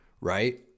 right